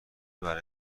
برا